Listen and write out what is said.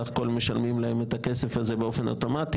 סך הכול משלמים להם את הכסף הזה באופן אוטומטי.